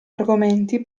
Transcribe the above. argomenti